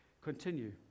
Continue